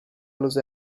los